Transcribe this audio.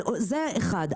זה אחד.